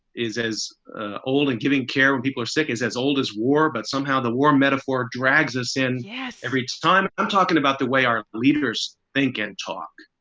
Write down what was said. is as ah old and giving care when people are sick is as old as war. but somehow the war metaphor drags us in. yes. every time i'm talking about the way our leaders think and talk.